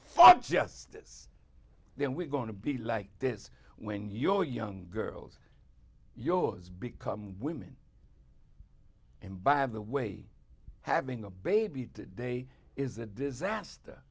for justice then we're going to be like this when your young girls yours become women and by the way having a baby today is a disaster